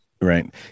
Right